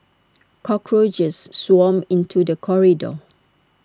cockroaches swarmed into the corridor